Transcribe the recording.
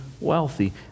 wealthy